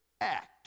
act